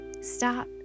Stop